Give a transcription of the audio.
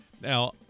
Now